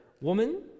Woman